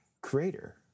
creator